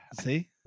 See